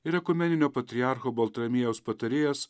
ir ekumeninio patriarcho baltramiejaus patarėjas